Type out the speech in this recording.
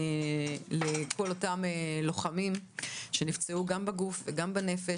לכל אותם לוחמים שנפצעו גם בגוף וגם בנפש